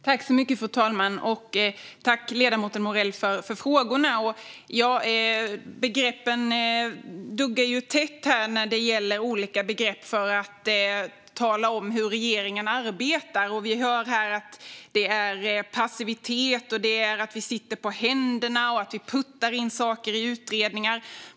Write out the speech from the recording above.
Fru talman! Tack, ledamoten Morell, för frågorna! Begreppen duggar tätt här när det gäller att tala om hur regeringen arbetar. Vi hör att det är passivitet, att vi sitter på händerna och att vi puttar in saker i utredningar.